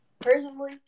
Personally